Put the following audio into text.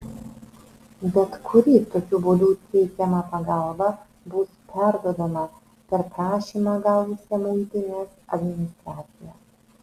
bet kuri tokiu būdu teikiama pagalba bus perduodama per prašymą gavusią muitinės administraciją